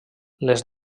les